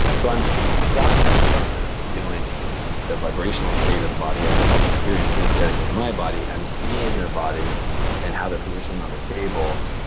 so i'm walking up to someone, and i'm feeling the vibrational state of the body as as experienced kinesthetically in my body. i'm seeing their body and how they're positioned on the table,